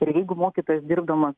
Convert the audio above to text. ir jeigu mokytojas dirbdamas